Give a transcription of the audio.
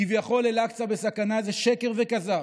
כביכול אל-אקצא בסכנה, זה שקר וכזב.